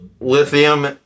Lithium